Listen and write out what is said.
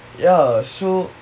ya so